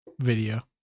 video